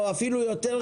או אפילו יותר,